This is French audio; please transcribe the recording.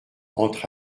entre